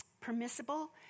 permissible